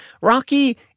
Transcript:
Rocky